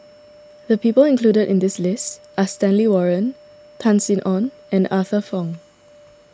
the people included in the list are Stanley Warren Tan Sin Aun and Arthur Fong